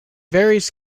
varies